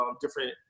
different